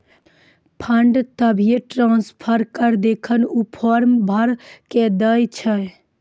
fund तभिये transfer करऽ जेखन ऊ फॉर्म भरऽ के दै छै